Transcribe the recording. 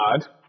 God